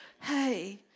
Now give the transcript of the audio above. hey